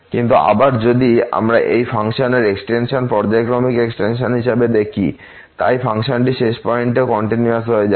কিন্তু আবার যদি আমরা এই ফাংশনের এক্সটেনশনকে পর্যায়ক্রমিক এক্সটেনশন হিসাবে দেখি তাই ফাংশনটি শেষ পয়েন্টেও কন্টিনিউয়াস হয়ে যায়